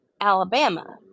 Alabama